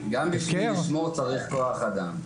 גם בשביל לשמור צריך כוח אדם.